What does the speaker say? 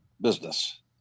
business